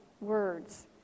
words